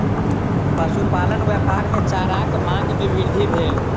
पशुपालन व्यापार मे चाराक मांग मे वृद्धि भेल